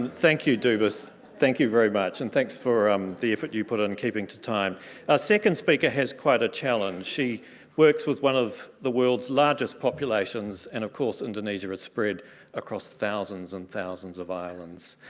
thank you dubis thank you very much and thanks for um the effort you put in keeping to time. our ah second speaker has quite a challenge. she works with one of the world's largest populations and of course indonesia is spread across thousands and thousands of islands.